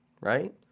right